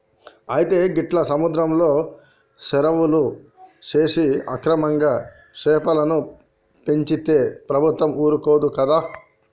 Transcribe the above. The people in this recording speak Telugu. అయితే గీట్ల సముద్రంలో సెరువులు సేసి అక్రమంగా సెపలను పెంచితే ప్రభుత్వం ఊరుకోదు కదా